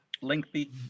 Lengthy